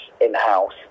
in-house